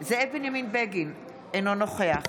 זאב בנימין בגין, אינו נוכח